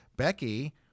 Becky